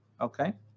okay